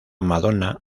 madonna